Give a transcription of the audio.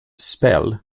spell